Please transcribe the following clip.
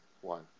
one